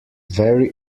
very